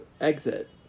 exit